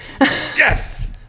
Yes